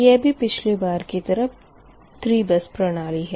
यह भी पिछली बार की तरह 3 बस प्रणाली है